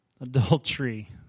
Adultery